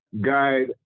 guide